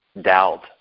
doubt